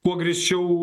kuo griežčiau